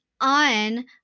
on